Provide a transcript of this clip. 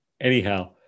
anyhow